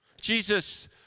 Jesus